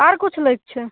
आर किछु लै कऽ छै